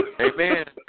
Amen